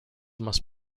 must